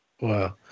Wow